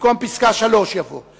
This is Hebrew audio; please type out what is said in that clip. "במקום פסקה (3) יבוא".